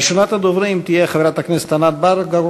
ראשונת הדוברים תהיה חברת הכנסת ענת בֶּרקו.